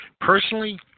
Personally